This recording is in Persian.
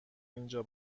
اینجا